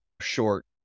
short